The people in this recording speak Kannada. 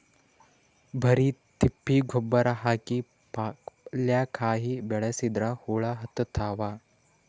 ಬರಿ ತಿಪ್ಪಿ ಗೊಬ್ಬರ ಹಾಕಿ ಪಲ್ಯಾಕಾಯಿ ಬೆಳಸಿದ್ರ ಹುಳ ಹತ್ತತಾವ?